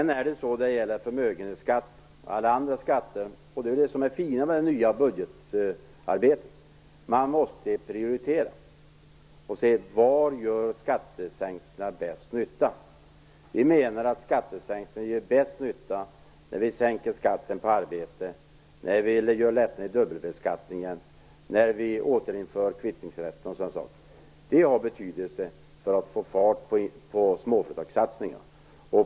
När det gäller förmögenhetsskatt och alla andra skatter vill jag påstå att det fina med det nya budgetarbetet är att man måste prioritera och se var skattesänkningarna gör bäst nytta. Vi menar att skattesänkningar gör bäst nytta när vi sänker skatten på arbete, när vi gör lättnader i dubbelbeskattningen, när vi återinför kvittningsrätt och sådana saker. Det har betydelse för att få fart på småföretagssatsningen.